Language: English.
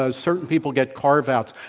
ah certain people get carve outs.